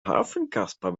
hafenkasper